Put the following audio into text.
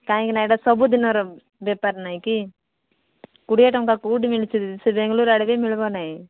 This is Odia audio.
କାହିଁକିନା ଏଇଟା ସବୁ ଦିନର ବେପାର ନାହିଁକି କୋଡ଼ିଏ ଟଙ୍କା କେଉଁଠି ମିଳୁଛି ସେ ବେଙ୍ଗାଲୁରୁ ଆଡ଼େ ବି ମିଳିବ ନାହିଁ